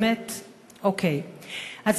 אוקיי, באמת.